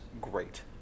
great